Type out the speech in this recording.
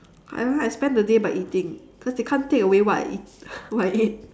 I remember I spend the day by eating cause they can't take away what I eat what I ate